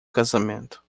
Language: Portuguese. casamento